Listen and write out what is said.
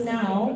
now